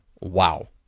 wow